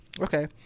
Okay